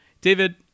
David